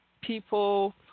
people